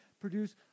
produce